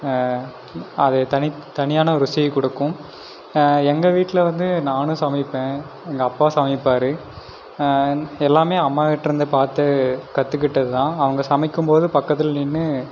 அது தனித்தனியான ருசியைக் கொடுக்கும் எங்கள் வீட்டில வந்து நானும் சமைப்பேன் எங்கள் அப்பா சமைப்பாரு எல்லாமே அம்மாகிட்ட இருந்து பார்த்து கத்துக்கிட்டது தான் அவங்க சமைக்கும் போது பக்கத்தில் நின்று